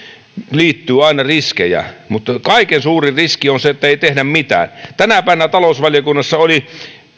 liittyy aina riskejä mutta kaikkein suurin riski on se että ei tehdä mitään tänä päivänä talousvaliokunnassa oli